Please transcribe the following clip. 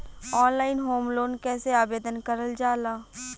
Online home loan कैसे आवेदन करल जा ला?